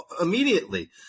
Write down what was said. immediately